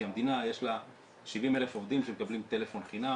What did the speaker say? כי למדינה יש 70,000 עובדים שמקבלים טלפון חינם,